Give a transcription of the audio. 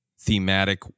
thematic